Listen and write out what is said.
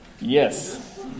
Yes